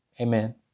Amen